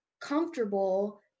comfortable